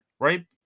Right